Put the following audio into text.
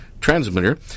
transmitter